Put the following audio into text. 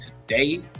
today